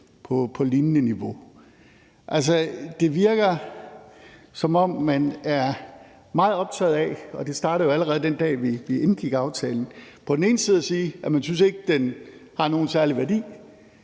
på lignende niveau. Det virker, som om man er meget optaget af – og det startede jo allerede, den dag vi indgik aftalen – på den ene side at sige, at man ikke synes, den har nogen særlig værdi,